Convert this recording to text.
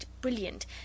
brilliant